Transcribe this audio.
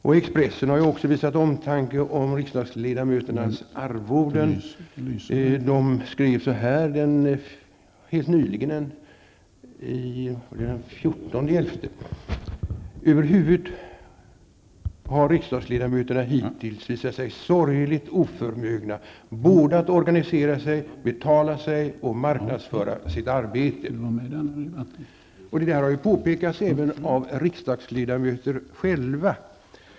Även i Expressen har man visat omtanke om riksdagsledamöternas arvoden. Helt nyligen, den 14 november, skrev man så här: ''Över huvud har riksdagsledamöterna hittills visat sig sorgligt oförmögna både att organisera sig, betala sig och marknadsföra sitt arbete.'' Detta har påpekats även av riksdagsledamöter själva.